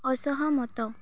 ଅସହମତ